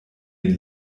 den